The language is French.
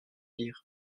lire